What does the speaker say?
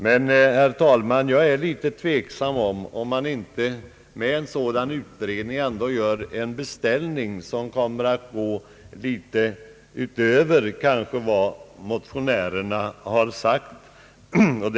Men, herr talman, jag är litet tveksam, om man inte med ett sådant utredningskrav ändå gör en beställning som kommer att sträcka sig utöver vad motionärerna har tänkt Sig.